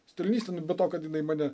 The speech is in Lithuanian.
stalinistė nu be to kad jinai mane